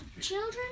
Children